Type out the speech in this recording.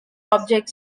object